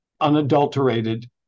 unadulterated